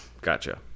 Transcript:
Gotcha